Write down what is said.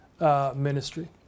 ministry